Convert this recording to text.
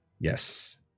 yes